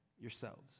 yourselves